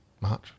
March